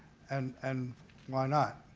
and and why not?